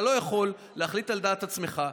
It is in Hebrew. אתה לא יכול להחליט על דעת עצמך,